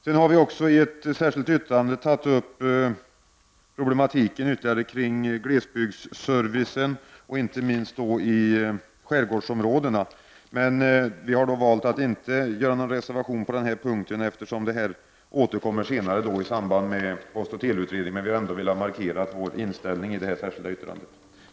Vi har också i ett särskilt yttrande tagit upp problematiken med glesbygdsservicen, inte minst i skärgårdsområdena. Vi har valt att inte avge någon reservation, eftersom frågan återkommer senare i samband med postoch teleutredningen. Vi har ändå velat markera vår inställning i det särskilda yttrandet.